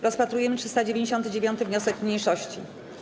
Rozpatrujemy 399. wniosek mniejszości.